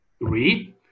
read